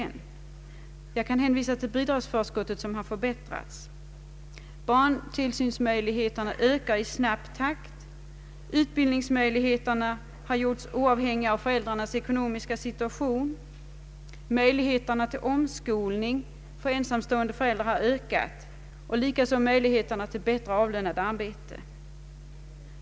Jag kan också hänvisa till att bidragsförskottet förbättrats. Barntillsynsmöjligheterna ökar i snabb takt, utbildningsmöjligheterna har gjorts oavhängiga av föräldrarnas ekonomiska situation, möjligheterna till omskolningsbidrag för ensamstående föräldrar har ökat och likaså möjligheterna till bättre avlönat arbete.